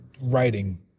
writing